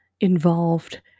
involved